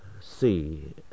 see